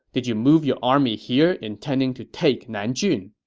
did you move your army here intending to take nanjun?